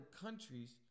countries